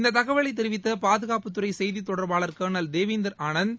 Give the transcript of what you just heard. இந்த தகவலை தெரிவித்த பாதுகாப்புத்துறை செய்தித் தொடர்பாளர் கர்னல் தேவீந்தர் ஆனந்த்